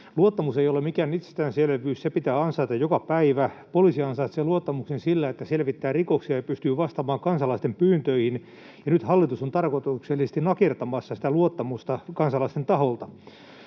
Luottamus ei ole mikään itsestäänselvyys, se pitää ansaita joka päivä. Poliisi ansaitsee luottamuksen sillä, että se selvittää rikoksia ja pystyy vastaamaan kansalaisten pyyntöihin, ja nyt hallitus on tarkoituksellisesti nakertamassa sitä kansalaisten luottamusta.